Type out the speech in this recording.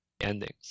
endings